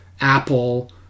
Apple